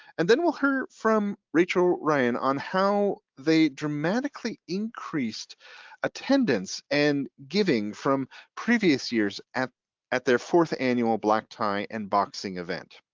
and then we'll hear from rachel ryan on how they dramatically increased attendance and giving from previous years at at their fourth annual black tie and boxing event.